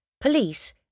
police